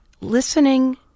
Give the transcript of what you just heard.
listening